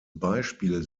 beispiel